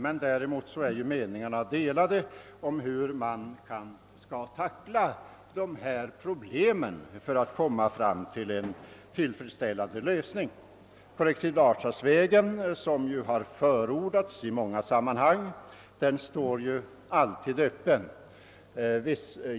Men meningarna är delade i fråga om hur vi bör tackla dessa problem för att åstadkomma en tillfredsställande lösning. Kollektivavtalsvägen, som i många sammanhang har förordats, står alltid öppen.